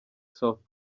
south